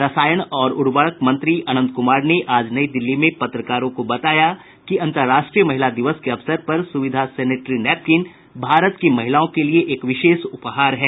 रसायन और उर्वरक मंत्री अनंत कुमार ने आज नई दिल्ली में पत्रकारों को बताया कि अंतरराष्ट्रीय महिला दिवस के अवसर पर सुविधा सैनिटरी नैपकिन भारत की महिलाओं के लिए एक विशेष उपहार है